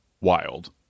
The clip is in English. wild